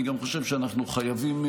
אני חושב שאנחנו גם חייבים,